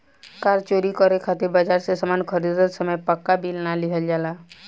कार चोरी करे खातिर बाजार से सामान खरीदत समय पाक्का बिल ना लिहल जाला